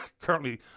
Currently